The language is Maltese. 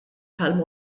tal